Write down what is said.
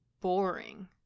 boring